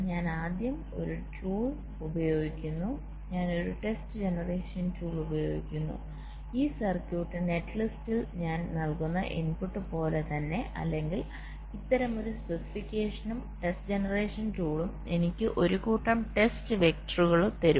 ഞാൻ ആദ്യം ഒരു ടൂൾ ഉപയോഗിക്കുന്നു ഞാൻ ഒരു ടെസ്റ്റ് ജനറേഷൻ ടൂൾ ഉപയോഗിക്കുന്നു ഈ സർക്യൂട്ട് നെറ്റ് ലിസ്റ്റിൽ ഞാൻ നൽകുന്ന ഇൻപുട്ട് പോലെ തന്നെ അല്ലെങ്കിൽ ഇത്തരമൊരു സ്പെസിഫിക്കേഷനും ടെസ്റ്റ് ജനറേഷൻ ടൂളും എനിക്ക് ഒരു കൂട്ടം ടെസ്റ്റ് വെക്ടറുകൾ T തരും